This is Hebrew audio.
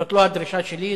זאת לא הדרישה שלי,